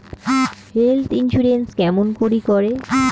Health insurance কেমন করি করে?